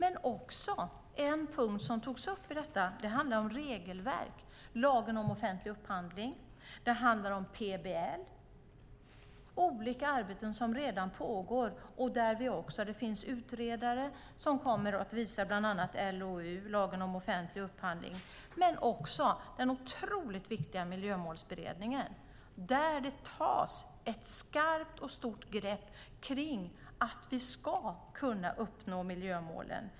En annan punkt som togs upp handlar om regelverk, om lagen om offentlig upphandling och PBL - olika arbeten som redan pågår. Det pågår utredningar om bland annat LOU, lagen om offentligen upphandling, men också den otroligt viktiga miljömålsberedningen. Där tas ett skarpt och stort grepp för att vi ska kunna uppnå miljömålen.